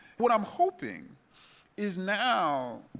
what i'm hoping is now,